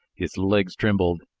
his legs trembled,